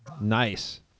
Nice